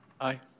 Aye